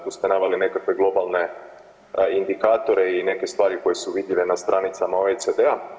Tu ste naveli nekakve globalne indikatore i neke stvari koje su vidljive na stranicama OECD-a.